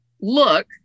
look